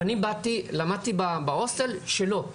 ואני באתי, למדתי בהוסטל שלא.